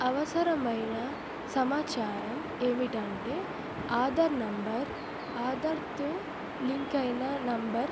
అవసరమైన సమాచారం ఏమిటంటే ఆధర్ నంబర్ ఆధర్తో లింక్ అయిన నెంబర్